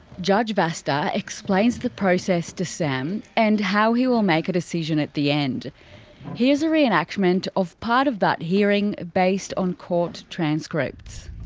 judge vasta explains the process to sam, and how he will make a decision at the end here's a reenactment of part of that hearing based on court transcripts.